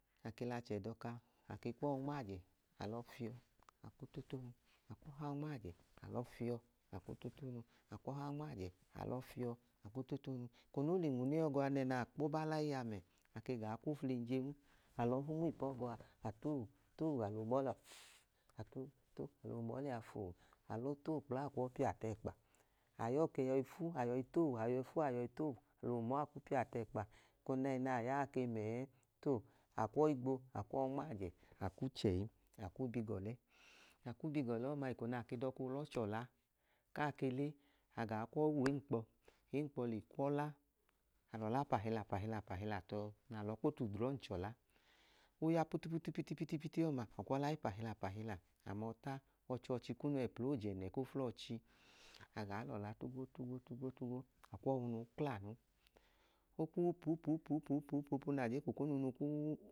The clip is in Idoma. Ake l'achẹ dọka ake kwọu nmaajẹ alọ fiọọ aku totonu, akwọhau nmaajẹ alọ fiọ aku totonu akwọhaa nmaajẹ alọ fiọ aku totonu, eko no le nwune ọgọa nẹnaa kpoba laiii a mẹ ake gaa kw'oflenje wu, alọọ fu nm'ipọọgọa atoowu toowu alowu mọọ lea atoowu toowu alowu mọọ lẹa foo alọọ towu kpla akwọi pia t'ẹkpa, aiyọ ke ke yọi fu ayọi towu ayọi fu ayọi towu ake l'owu mọọ akuu pia t'ẹkpa. Eko nẹnaa yaa ke mẹẹ to akwọi gbo akwọi nmaajẹ aku chẹyi aku bi g'ọlẹ. Aku bi g'ọlẹ ọọma eko naa ke dọko lọ chọla kaa ke le agaa kwọi w'ẹẹkpọ, ẹẹnkpọ le kwọla alọla pahila pahila tọọ na lọọ kpo t'udrọm chọla oya putuputu pitipiti ọọma akw'ọlai pahila pahila amọọta ọchọọchi kunu ẹpl'ojẹnẹ koflọchi agaa lọla tugwo tugwo tugwo tugwo akwọọwunuu klanu, oku wu pupupupupupu na je k'okonunu